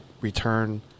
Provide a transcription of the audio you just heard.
return